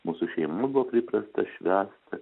mūsų šeimoj buvo priprasta švęst